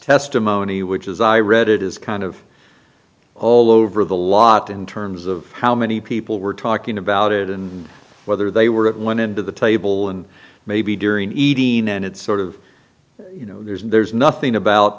testimony which as i read it is kind of all over the lot in terms of how many people were talking about it and whether they were at one end of the table and maybe during the eating and it's sort of you know there's nothing about